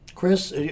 Chris